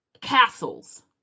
castles